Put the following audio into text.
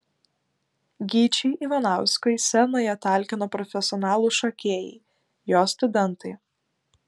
gyčiui ivanauskui scenoje talkino profesionalūs šokėjai jo studentai